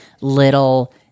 little